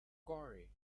quarry